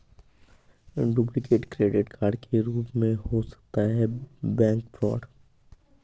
duplicate credit card के रूप में हो सकता है बैंक फ्रॉड